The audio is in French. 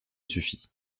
suffit